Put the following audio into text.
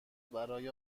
برای